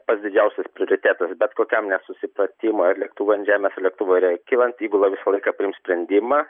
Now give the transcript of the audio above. pats didžiausias prioritetas bet kokiam nesusipratimui ar lėktuvui ant žemės ar lėktuvui ore kylant įgula visą laiką priims sprendimą